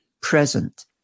present